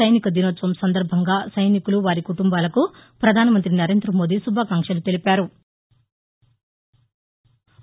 సైనిక దినోత్సవం సందర్బంగా సైనికులు వారి కుటుంబాలకు ప్రధానమంత్రి నరేంద మోదీ శుభాకాంక్షలు తెలిపారు